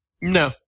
No